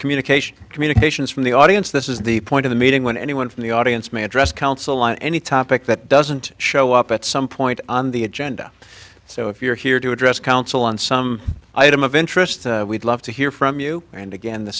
communication communications from the audience this is the point of the meeting when anyone from the audience may address council on any topic that doesn't show up at some point on the agenda so if you're here to address council on some item of interest we'd love to hear from you and again the